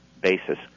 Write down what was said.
basis